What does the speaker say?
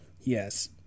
Yes